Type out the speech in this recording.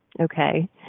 Okay